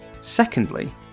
Secondly